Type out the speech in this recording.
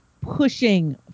pushing